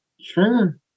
Sure